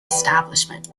establishment